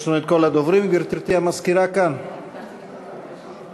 גברתי המזכירה, כל הדוברים כאן?